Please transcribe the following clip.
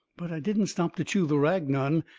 but i didn't stop to chew the rag none.